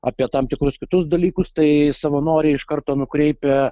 apie tam tikrus kitus dalykus tai savanoriai iš karto nukreipia